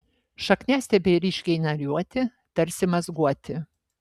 šakniastiebiai ryškiai nariuoti tarsi mazguoti